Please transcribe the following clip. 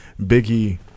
Biggie